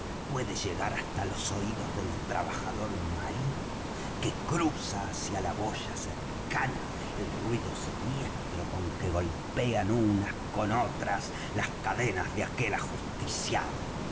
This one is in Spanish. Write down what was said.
puede llegar hasta los oídos del trabajador marino que cruza hacia la boya cercana el ruido siniestro con que golpean unas con otras las cadenas de aquel ajusticiado